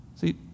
See